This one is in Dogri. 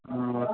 हां